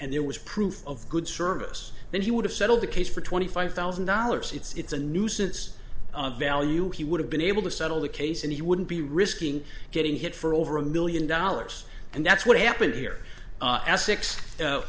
and there was proof of good service then he would have settled the case for twenty five thousand dollars it's a nuisance value he would have been able to settle the case and he wouldn't be risking getting hit for over a million dollars yes and that's what happened here